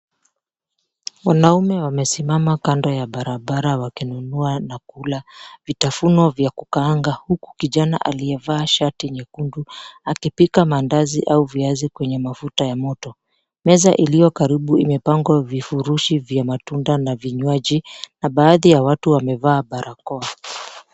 Wanaume wamesimama kando ya barabara, wakinunua na kula vitafuno vya kukaanga. Huku kijana aliyevaa shati nyekundu, akipika mandazi au viazi kwenye mafuta ya moto. Meza iliyo karibu imepangwa vifurushi vya matunda na vinywaji, na baadhi ya watu wamevaa barakoa.